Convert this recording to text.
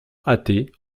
athées